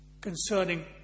concerning